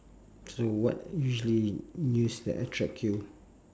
so what usually news that attract you